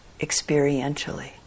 experientially